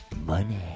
money